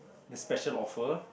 the special offer